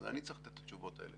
אז אני צריך לתת את התשובות האלה.